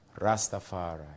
Rastafari